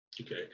Okay